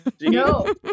No